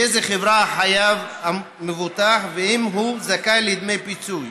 באיזו חברה חייב המבוטח והאם הוא זכאי לדמי פיצוי.